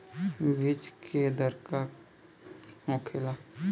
बीज के दर का होखेला?